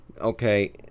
Okay